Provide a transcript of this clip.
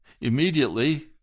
Immediately